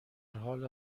حال